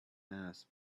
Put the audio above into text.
mass